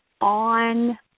on